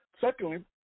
Secondly